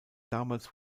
damals